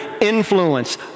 influence